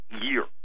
year